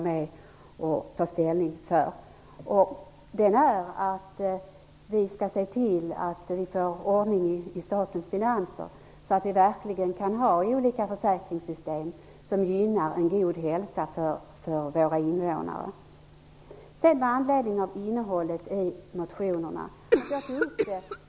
Vår ledstjärna är att vi skall se till att få ordning i statens finanser, så att vi verkligen kan ha olika försäkringssystem som gynnar en god hälsa bland Sveriges invånare. Sedan något om innehållet i motionerna.